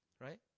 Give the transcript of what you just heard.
right